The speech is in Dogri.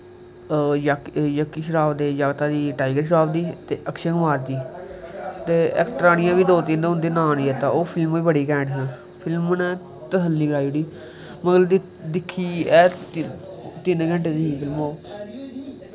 जक्की शराफ दे जागता दी टाईगर शफार दी ही ते अकशे कुमार दी ते ऐक्ट्रानियां बी दो त्रै उं'दे नांऽ नेईं चेत्ता फिल्म नै तसल्ली कराई ओड़ी माल च दिक्खी तिन्न घैंटे दी ही फिल्म ओह्